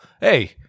Hey